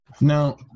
Now